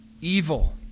evil